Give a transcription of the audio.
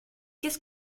qu’est